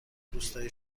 روستای